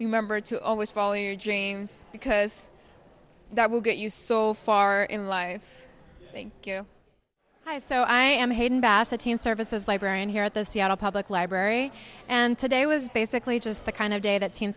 remember to always follow your dreams because that will get you so far in life thank you i so i am hayden bassa team services librarian here at the seattle public library and today was basically just the kind of day that